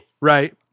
right